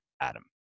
Adam